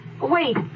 Wait